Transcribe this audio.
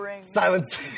silence